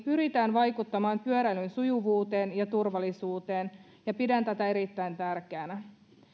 pyritään vaikuttamaan pyöräilyn sujuvuuteen ja turvallisuuteen ja pidän tätä erittäin tärkeänä